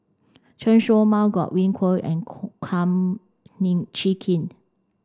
Chen Show Mao Godwin Koay and Kum Chee Kin